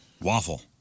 Waffle